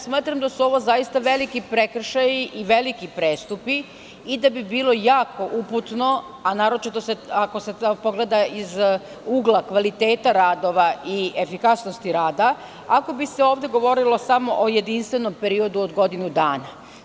Smatram da su ovo zaista veliki prekršaji i veliki prestupi i da bi bilo jako uputno, a naročito ako se pogleda iz ugla kvaliteta radova i efikasnosti rada, ako bi se ovde govorilo samo o jedinstvenom periodu od godinu dana.